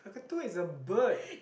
two is a bird